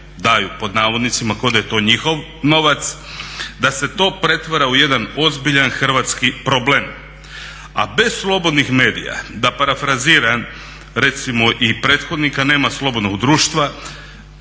daju, "daju" kao da je to njihov novac, da se to pretvara u jedan ozbiljan hrvatski problem. A bez slobodnih medija da parafraziram recimo i prethodnika, nema slobodnog društva,